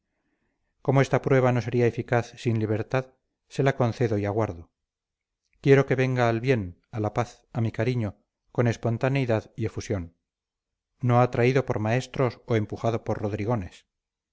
como esta prueba no sería eficaz sin libertad se la concedo y aguardo quiero que venga al bien a la paz a mi cariño con espontaneidad y efusión no atraído por maestros o empujado por rodrigones